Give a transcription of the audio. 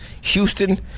Houston